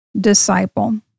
disciple